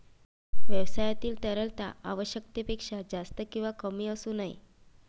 व्यवसायातील तरलता आवश्यकतेपेक्षा जास्त किंवा कमी असू नये